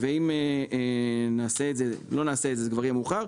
ואם לא נעשה את זה, אחר כך כבר יהיה מאוחר.